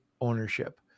ownership